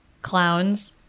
Clowns